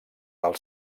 del